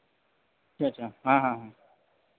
अच्छा हाँ हाँ हाँ